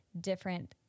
different